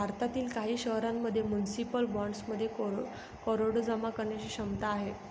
भारतातील काही शहरांमध्ये म्युनिसिपल बॉण्ड्समधून करोडो जमा करण्याची क्षमता आहे